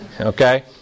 Okay